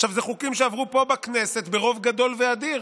עכשיו, אלה חוקים שעברו פה בכנסת ברוב גדול ואדיר.